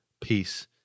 peace